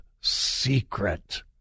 secret